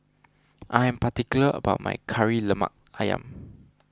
I am particular about my Kari Lemak Ayam